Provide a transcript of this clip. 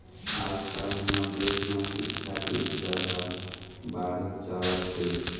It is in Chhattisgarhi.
आजकाल हमर देश म सिक्छा के स्तर ह बाढ़त जावत हे